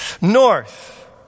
North